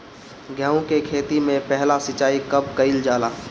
गेहू के खेती मे पहला सिंचाई कब कईल जाला?